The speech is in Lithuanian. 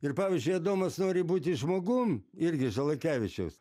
ir pavyzdžiui adomas nori būti žmogum irgi žalakevičiaus